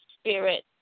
Spirit